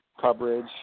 coverage